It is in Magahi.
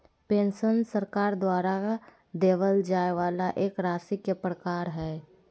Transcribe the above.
पेंशन सरकार द्वारा देबल जाय वाला एक राशि के प्रकार हय